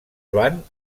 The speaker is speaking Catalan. joan